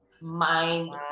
mind